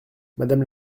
madame